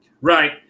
Right